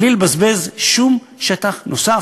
בלי לבזבז שום שטח נוסף,